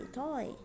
toy